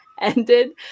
ended